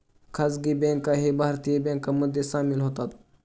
खासगी बँकाही भारतीय बँकांमध्ये सामील होतात